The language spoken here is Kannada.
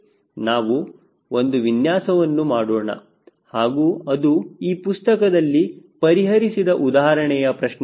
ನಾವು ಒಂದು ವಿನ್ಯಾಸವನ್ನು ಮಾಡೋಣ ಹಾಗೂ ಅದು ಈ ಪುಸ್ತಕದಲ್ಲಿ ಪರಿಹರಿಸಿದ ಉದಾಹರಣೆಯ ಪ್ರಶ್ನೆ ಆಗಿದೆ